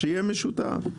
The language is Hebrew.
שיהיה משותף.